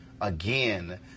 again